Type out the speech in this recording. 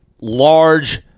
large